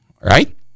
right